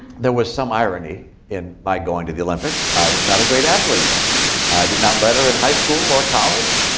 there was some irony in my going to the olympics. i was not a great athlete. i did not letter in high school or college.